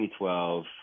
2012